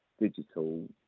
digital